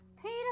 Peter